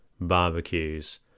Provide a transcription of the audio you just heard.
barbecues